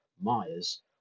Myers